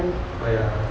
oh ya